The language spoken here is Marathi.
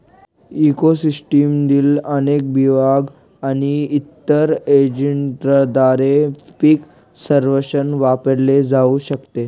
इको सिस्टीममधील अनेक विभाग आणि इतर एजंटद्वारे पीक सर्वेक्षण वापरले जाऊ शकते